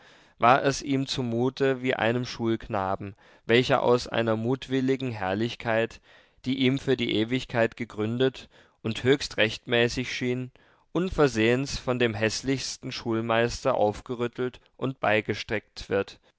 war es ihm zumute wie einem schulknaben welcher aus einer mutwilligen herrlichkeit die ihm für die ewigkeit gegründet und höchst rechtmäßig schien unversehens von dem häßlichsten schulmeister aufgerüttelt und beigesteckt wird